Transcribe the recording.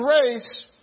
race